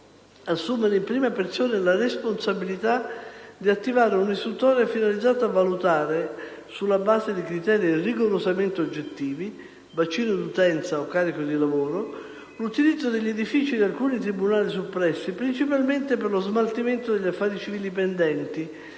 assumere in prima persona la responsabilità di attivare un'istruttoria finalizzata a valutare, sulla base di criteri rigorosamente oggettivi (bacino di utenza o carichi di lavoro), l'utilizzo degli edifici di alcuni tribunali soppressi, principalmente per lo smaltimento degli affari civili pendenti,